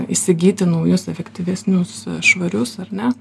įsigyti naujus efektyvesnius švarius ar ne